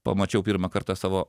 pamačiau pirmą kartą savo